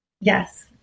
Yes